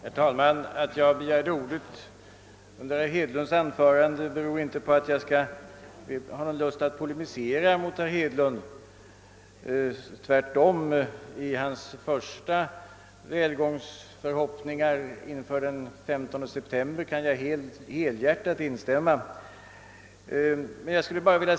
Herr talman! Att jag begärde ordet under herr Hedlunds anförande beror inte på att jag vill polemisera mot herr Hedlund. Tvärtom! Jag kan helhjärtat instämma i hans välgångsförhoppningar inför valet den 15 september.